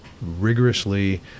rigorously